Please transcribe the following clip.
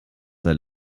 seit